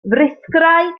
frithgraig